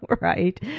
right